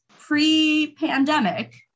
pre-pandemic